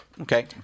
okay